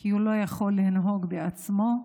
כי הוא לא יכול לנהוג בעצמו,